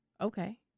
okay